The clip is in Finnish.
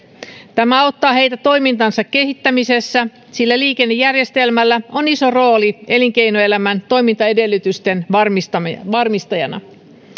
tämä auttaa heitä toimintansa kehittämisessä sillä liikennejärjestelmällä on iso rooli elinkeinoelämän toimintaedellytysten varmistajana varmistajana